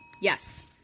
yes